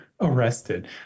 arrested